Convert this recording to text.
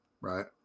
right